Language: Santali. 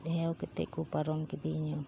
ᱦᱮᱣ ᱠᱟᱛᱮ ᱠᱚ ᱯᱟᱨᱚᱢ ᱠᱤᱫᱤᱧᱟᱹ